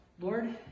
Lord